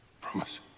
Promise